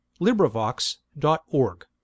LibriVox.org